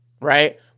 right